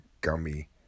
gummy